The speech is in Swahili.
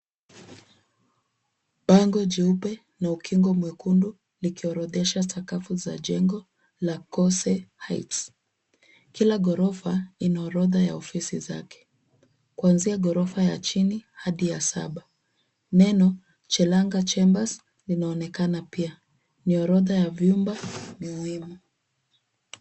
Bango jeupe na ukingo mwekundu likiorodhesha sakafu za jengo la Kose Heights. Kila ghorofa ina orodha ya ofisi zake. Kuanzia ghorofa ya chini hadi ya saba. Neno Chelanga Chambers linaonekana pia. Ni orodha ya vyumba muhimu.